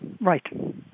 right